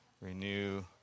renew